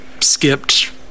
skipped